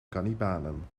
kannibalen